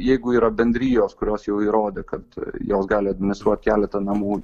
jeigu yra bendrijos kurios jau įrodė kad jos gali administruot keletą namų